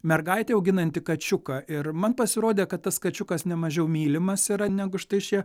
mergaitė auginanti kačiuką ir man pasirodė kad tas kačiukas nemažiau mylimas yra negu štai šie